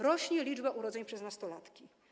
Rośnie liczba urodzeń przez nastolatki.